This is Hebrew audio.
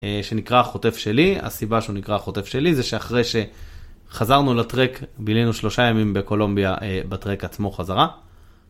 שנקרא חוטף שלי הסיבה שנקרא חוטף שלי זה שאחרי שחזרנו לטרק בילינו שלושה ימים בקולומביה בטרק עצמו חזרה.